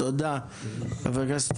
תודה רבה.